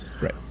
Right